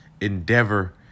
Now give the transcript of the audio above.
endeavor